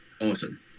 awesome